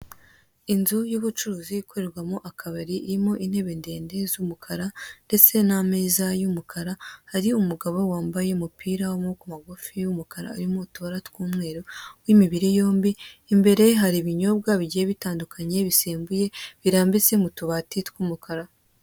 Inzu y'ubucuruzi ikorerwamo akabari irimo intebe ndende z'umukara ndetse n'ameza y'umukara, hari umugabo wambaye umupira w'amaboko magufi w'umukara urimo utubara tw'umweru, w'imibiri yombi, imbere ye hari ibinyobwa bigiye bitandukanye, bisembuye, birambitse mu tubati tw'umukara.